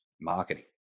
marketing